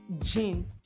gene